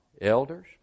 elders